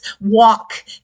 walk